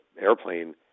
airplane